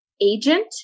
agent